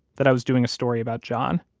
that i was doing a story about john.